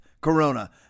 Corona